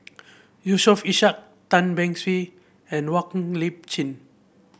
Yusof Ishak Tan Beng Swee and Lip Chin